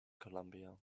colombia